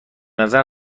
نظر